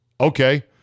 Okay